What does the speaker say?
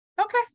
Okay